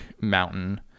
mountain